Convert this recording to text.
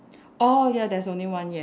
orh ya there's only one yes